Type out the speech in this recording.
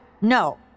no